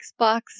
Xbox